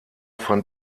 fand